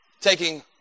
taking